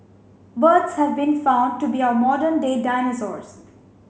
birds have been found to be our modern day dinosaurs